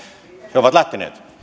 he ovat lähteneet